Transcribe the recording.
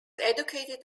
educated